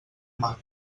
mar